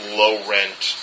low-rent